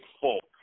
Folk